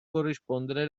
corrispondere